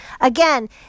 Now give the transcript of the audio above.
again